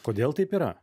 kodėl taip yra